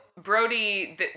Brody